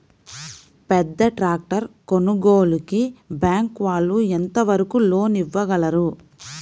పెద్ద ట్రాక్టర్ కొనుగోలుకి బ్యాంకు వాళ్ళు ఎంత వరకు లోన్ ఇవ్వగలరు?